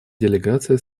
делегация